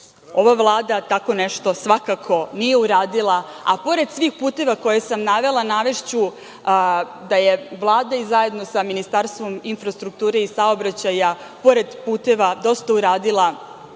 Vlada tako nešto svakako nije uradila, a pored svih puteva koje sam navela, navešću da je Vlada zajedno sa Ministarstvom infrastrukture i saobraćaja, pored puteva, dosta uradila